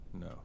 no